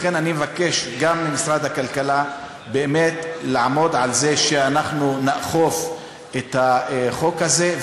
לכן אני מבקש גם ממשרד הכלכלה לעמוד על זה שאנחנו נאכוף את החוק הזה,